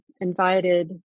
invited